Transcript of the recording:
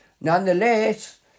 Nonetheless